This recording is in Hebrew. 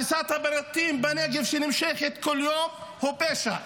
הריסת הבתים בנגב שנמשכת כל יום היא פשע,